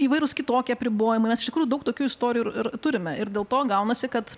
įvairūs kitokie apribojimai mes iš tikrųjų daug tokių istorijų ir ir turime ir dėl to gaunasi kad